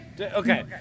Okay